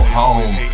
home